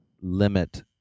limit